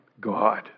God